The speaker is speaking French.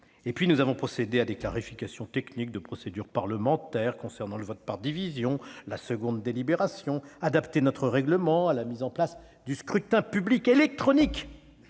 ailleurs, nous avons procédé à des clarifications techniques de procédure parlementaire concernant le vote par division et la seconde délibération. Nous avons adapté notre règlement à la mise en place du scrutin public électronique,